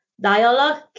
dialogue